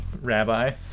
rabbi